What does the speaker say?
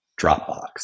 Dropbox